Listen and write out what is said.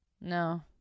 No